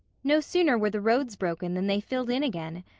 no sooner were the roads broken than they filled in again.